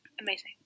amazing